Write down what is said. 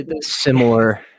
similar